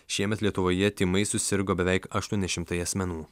šiemet lietuvoje tymais susirgo beveik aštuoni šimtai asmenų